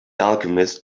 alchemist